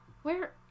Where